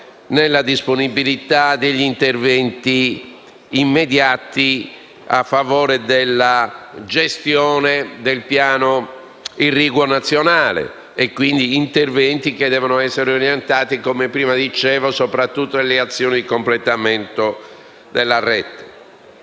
a disposizione per interventi immediati a favore della gestione del piano irriguo nazionale e quindi per interventi che devono essere orientati, come prima dicevo, soprattutto ad azioni di completamento della rete.